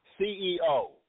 CEO